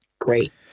Great